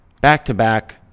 back-to-back